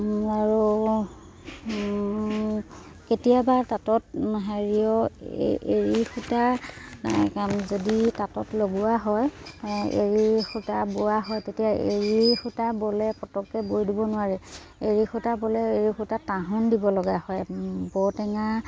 আৰু কেতিয়াবা তাঁতত হেৰিও এৰী সূতা যদি তাঁতত লগোৱা হয় এৰী সূতা বোৱা হয় তেতিয়া এৰী সূতা ব'লে পতককৈ বৈ দিব নোৱাৰে এৰি সূতা ব'লে এৰী সূতা তাহোন দিব লগা হয় বৰ টেঙা